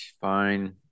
fine